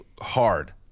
hard